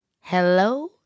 Hello